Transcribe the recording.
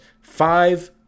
five